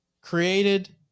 created